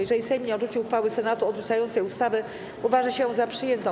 Jeżeli Sejm nie odrzuci uchwały Senatu odrzucającej ustawę, uważa się ją za przyjętą.